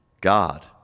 God